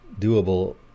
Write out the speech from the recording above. doable